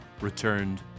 returned